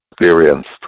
experienced